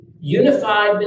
unified